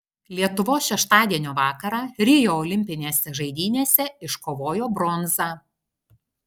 lietuvos šeštadienio vakarą rio olimpinėse žaidynėse iškovojo bronzą